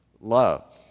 love